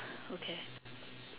okay